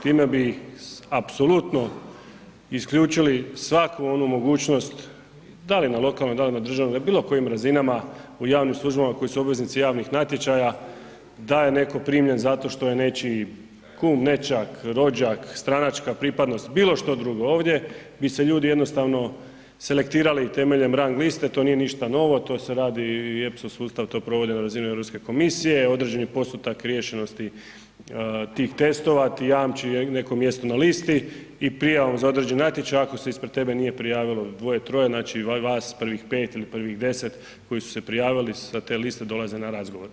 Time bi apsolutno isključili svaku onu mogućnost da li na lokalnoj, da li na državnoj, na bilo kojim razinama u javnim službama koji su obveznici javnih natječaja da je netko primljen zato što je nečiji kum, nećak, rođak, stranačka pripadnost, bilo šta drugo ovdje bi se ljudi jednostavno selektirali i temeljem rang liste, to nije ništa novo, to se radi i EPSO sustav to provodi na razini Europske komisije, određeni postotak riješenosti tih testova ti jamči neko mjesto na listi i prijavu za određeni natječaj ako se ispred tebe nije prijavilo dvoje, troje, znači vas prvih pet ili prvih 10 koji su se prijavili sa te liste dolaze na razgovor.